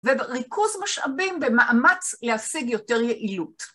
וריכוז משאבים במאמץ להשיג יותר יעילות.